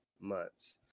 months